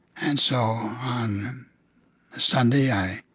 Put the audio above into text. and so, on sunday, i